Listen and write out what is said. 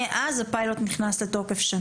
מאז הפיילוט נכנס לתוקף שנה.